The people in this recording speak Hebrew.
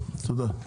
תודה.